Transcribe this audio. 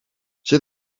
zit